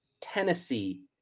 tennessee